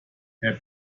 herr